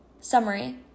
Summary